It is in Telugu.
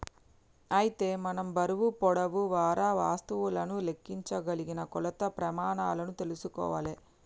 అయితే మనం బరువు పొడవు వారా వస్తువులను లెక్కించగలిగిన కొలత ప్రెమానాలు తెల్సుకోవాలే